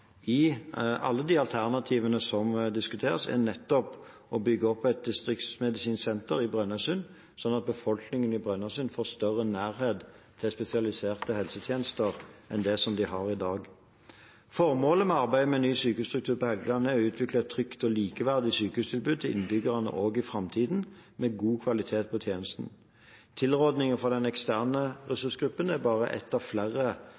distriktsmedisinsk senter i Brønnøysund, slik at befolkningen i Brønnøysund får større nærhet til spesialiserte helsetjenester enn det de har i dag. Formålet med arbeidet med ny sykehusstruktur på Helgeland er å utvikle et trygt og likeverdig sykehustilbud til innbyggerne også i framtiden, med god kvalitet på tjenesten. Tilrådningen fra den eksterne ressursgruppen er bare ett av flere